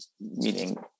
meaning